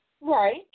Right